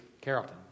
Carrollton